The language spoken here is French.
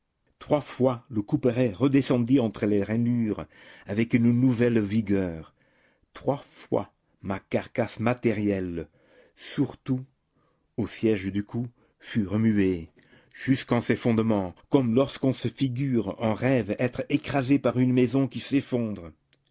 trois fois le couperet redescendit entre les rainures avec une nouvelle vigueur trois fois ma carcasse matérielle surtout au siège du cou fut remuée jusqu'en ses fondements comme lorsqu'on se figure en rêve être écrasé par une maison qui s'effondre